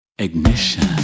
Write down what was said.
Ignition